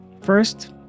First